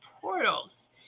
portals